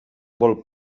vol